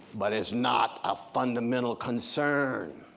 but it's not a fundamental concern.